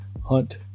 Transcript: Hunt